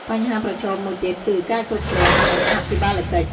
បញ្ហាប្រឈមមួយទៀតគឺ ការគ្រប់គ្រង និងអភិបាលកិច្ច។